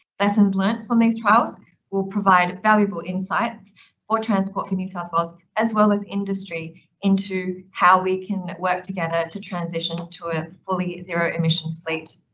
lessons learned from these trials will provide valuable insights for transport for new south wales as well as industry into how we can work together to transition to a fully zero emission fleet.